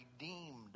redeemed